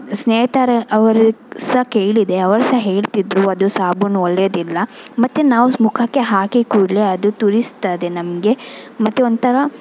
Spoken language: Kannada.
ಸ್ನೇಹಿತರು ಅವರಿಗೆ ಸಹ ಕೇಳಿದೆ ಅವರು ಸಹ ಹೇಳ್ತಿದ್ದರು ಅದು ಸಾಬೂನು ಒಳ್ಳೆಯದಿಲ್ಲ ಮತ್ತು ನಾವು ಮುಖಕ್ಕೆ ಹಾಕಿದ ಕೂಡಲೇ ಅದು ತುರಿಸ್ತದೆ ನಮಗೆ ಮತ್ತು ಒಂಥರ